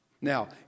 Now